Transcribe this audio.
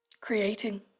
Creating